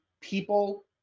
people